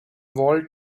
walled